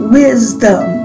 wisdom